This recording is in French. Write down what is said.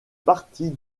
partie